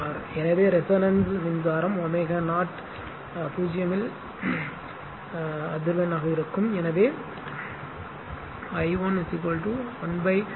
எனவே ரெசோனன்ஸ்ல் மின்சாரம் ω0 0 இல் அதிர்வெண்ணாக இருக்கும் எனவே I 1 1 √ 2 உள்ளது என்று எழுதலாம்